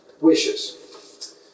wishes